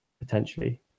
potentially